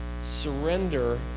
surrender